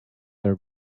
their